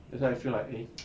that's why I feel like eh